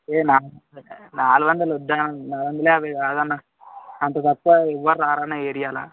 ఏ నాలుగు వందలకు నాలుగు వందలు వద్దు నాలుగు వందల యాభై రాదన్న అంత తక్కువ ఎవరురారు అన్న ఈ ఏరియాలో